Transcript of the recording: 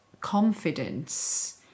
confidence